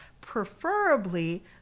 preferably